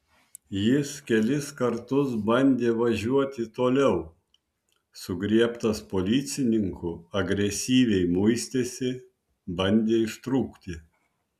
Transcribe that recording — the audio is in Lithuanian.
jis kelis kartus bandė važiuoti toliau sugriebtas policininkų agresyviai muistėsi bandė ištrūkti